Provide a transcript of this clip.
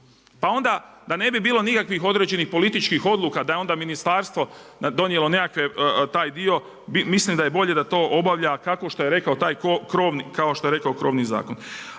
Pa onda da ne bi bilo nikakvih određenih političkih odluka, da je onda ministarstvo donijelo nekakve taj dio, mislim da je bolje da to obavlja kao što je rekao krovni zakon.